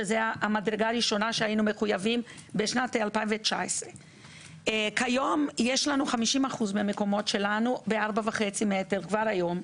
שזאת המדרגה הראשונה שהיינו מחויבים לה בשנת 2019. כיום יש לנו 50% מהמקומות שלנו ב-4.5 מטר כבר היום.